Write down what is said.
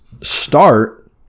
Start